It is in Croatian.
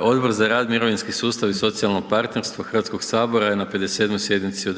Odbor za rad, mirovinski sustav i socijalno partnerstvo Hrvatskog sabora je na 57. sjednici